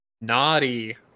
naughty